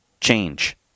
change